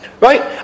right